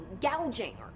gouging